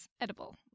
edible